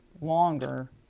longer